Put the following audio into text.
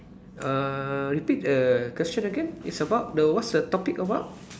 uh repeat the question again it's about what's the topic about